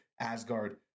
Asgard